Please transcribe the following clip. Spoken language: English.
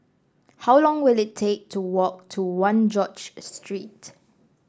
how long will it take to walk to One George Street